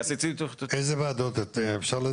אילו ועדות, אפשר לדעת?